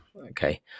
okay